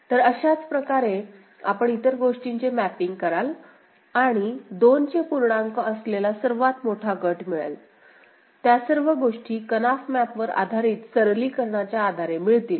तर तशाच प्रकारे आपण इतर गोष्टींचे मॅपिंग कराल आणि मग दोन चे पूर्णांकअसलेला सर्वात मोठा गट मिळेल त्या सर्व गोष्टी कनाफ मॅपवर आधारित सरलीकरणाच्या आधारे मिळतील